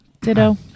Ditto